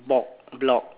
blog blog